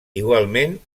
igualment